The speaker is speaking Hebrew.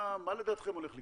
מה לדעתכם הולך לקרות?